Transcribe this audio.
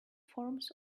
forms